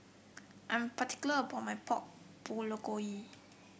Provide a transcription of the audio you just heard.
I'm particular about my Pork Bulgogi